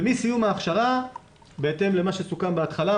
ומסיום ההכשרה בהתאם למה שסוכם בהתחלה,